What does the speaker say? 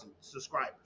subscribers